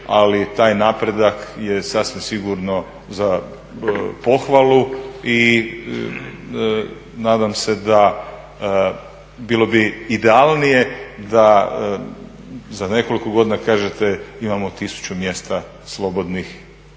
ali taj napredak je sasvim sigurno za pohvalu i nadam se da bilo bi idealnije da za nekoliko godina kažete imamo tisuću mjesta slobodnih,